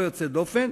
ללא יוצאת דופן,